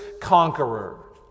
conqueror